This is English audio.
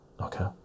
Okay